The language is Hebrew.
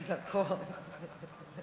גם זו סולידריות.